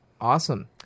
Awesome